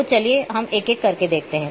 तो चलिए हम एक एक करके देखते हैं